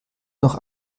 noch